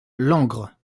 langres